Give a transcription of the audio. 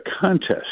contest